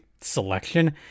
selection